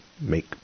make